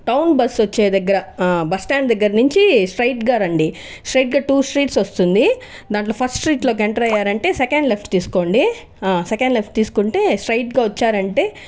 town bus వచ్చే దగ్గర bus stand దగ్గర నుంచి స్ట్రెయిట్గా రండి స్ట్రెయిట్గా టూ స్ట్రీట్స్ వస్తుంది దాంట్లో ఫస్ట్ స్ట్రీట్లోకి ఎంటర్ అయ్యారంటే సెకండ్ లెఫ్ట్ తీసుకోండి సెకండ్ లెఫ్ట్ తీసుకుంటే స్ట్రెయిట్గా వచ్చారంటే